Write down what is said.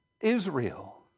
Israel